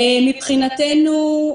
מבחינתנו,